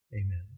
Amen